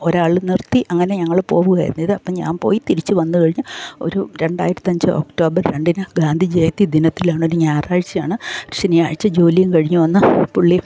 ഒരാളെ നിർത്തി അങ്ങനെ ഞങ്ങള് പോവുകയായിരുന്ന് ഇത് അപ്പം ഞാൻ പോയി തിരിച്ച് വന്ന് കഴിഞ്ഞ് ഒരു രണ്ടായിരത്തഞ്ച് ഒക്ടോബർ രണ്ടിന് ഗാന്ധി ജയന്തി ദിനത്തിലാണ് ഒരു ഞായറാഴ്ചയാണ് ശനിയാഴ്ച ജോലിയും കഴിഞ്ഞ് വന്ന് പുള്ളി